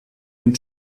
den